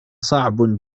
صعب